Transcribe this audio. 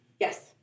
Yes